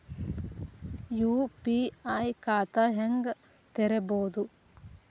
UPI ಖಾತಾ ಹೆಂಗ್ ತೆರೇಬೋದು?